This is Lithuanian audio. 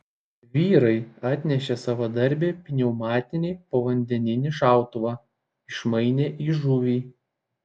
vyrai atnešė savadarbį pneumatinį povandeninį šautuvą išmainė į žuvį